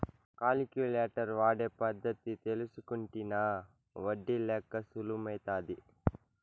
calculator వాడే పద్ధతి తెల్సుకుంటినా ఒడ్డి లెక్క సులుమైతాది